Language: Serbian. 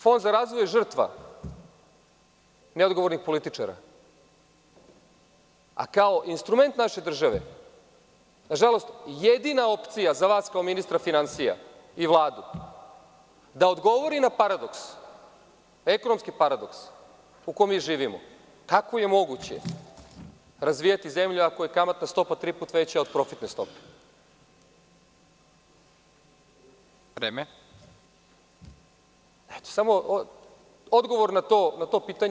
Fond za razvoj je žrtva neodgovornih političara, a kao instrument naše države nažalost jedina opcija za vas kao ministra finansija i Vladu je da odgovori na paradoks, ekonomski, u kome živimo – kako je moguće razvijati zemlju ako je kamatna stopa tri puta veća od profitne stope? (Predsednik: Vreme.) Samo odgovor na to pitanje.